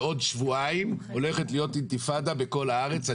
בעוד שבועיים הולכת להיות אינתיפאדה בכל הארץ,